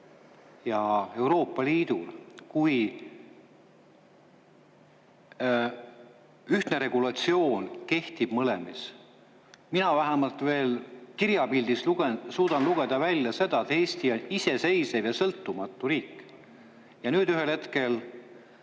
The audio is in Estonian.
ja Euroopa Liidul, kui ühtne regulatsioon kehtib mõlemas? Mina vähemalt veel kirjapildis suudan lugeda välja seda, et Eesti on iseseisev ja sõltumatu riik, ja nüüd ühel hetkel